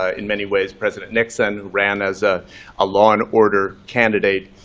ah in many ways, president nixon, who ran as a ah law and order candidate.